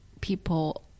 people